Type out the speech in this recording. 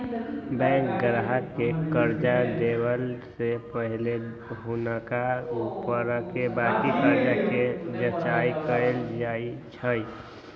bank गाहक के कर्जा देबऐ से पहिले हुनका ऊपरके बाकी कर्जा के जचाइं कएल जाइ छइ